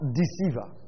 deceiver